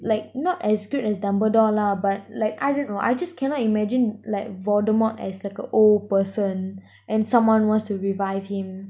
like not as good as dumbledore lah but like I dunno I just cannot imagine like voldemort as like a old person and someone wants to revive him